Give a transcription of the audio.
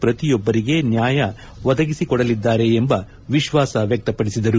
ಪ್ರತಿಯೊಬ್ಲರಿಗೆ ನ್ನಾಯ ಒದಗಿಸಿಕೊಡಲಿದ್ದಾರೆ ಎಂಬ ವಿಶ್ಲಾಸ ವ್ಯಕ್ತಪಡಿಸಿದರು